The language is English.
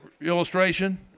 illustration